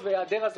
בסדר.